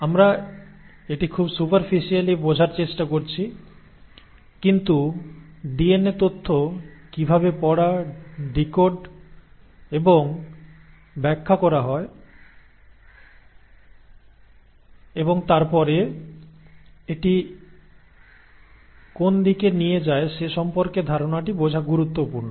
আমরা এটি খুব সুপারফিশিয়ালি বোঝার চেষ্টা করছি কিন্তু ডিএনএ তথ্য কিভাবে পড়া ডিকোডেড এবং ব্যাখ্যা করা হয় এবং তারপরে এটি কোন দিকে নিয়ে যায় সে সম্পর্কে ধারণাটি বোঝা গুরুত্বপূর্ণ